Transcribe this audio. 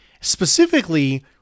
Specifically